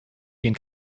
ihren